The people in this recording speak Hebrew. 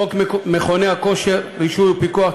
חוק מכוני כושר (רישוי ופיקוח),